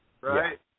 right